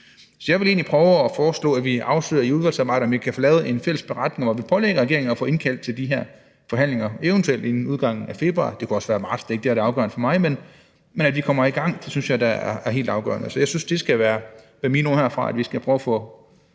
Så jeg vil egentlig prøve at foreslå, at vi afsøger i udvalgsarbejdet, om vi kan få lavet en fælles beretning, hvor vi pålægger regeringen at få indkaldt til de her forhandlinger, eventuelt inden udgangen af februar; det kunne også være marts, det er ikke afgørende for mig, men at vi kommer i gang, synes jeg da er helt afgørende. Så det skal være mine ord herfra: at vi skal prøve at få